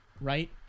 right